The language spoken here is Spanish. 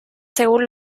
según